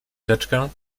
teczkę